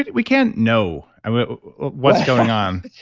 ah we can't know what's going on